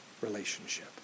relationship